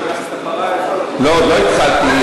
לא, עוד לא התחלתי.